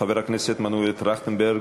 חבר הכנסת מנואל טרכטנברג,